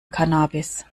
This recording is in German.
cannabis